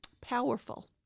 powerful